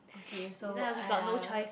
okay so !aiya!